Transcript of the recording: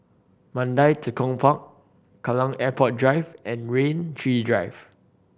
Mandai Tekong Park Kallang Airport Drive and Rain Tree Drive